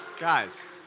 Guys